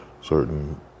certain